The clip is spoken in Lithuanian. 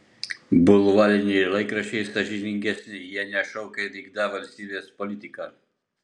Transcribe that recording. bulvariniai laikraščiai sąžiningesni jie nešaukia vykdą valstybės politiką